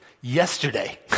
yesterday